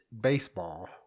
baseball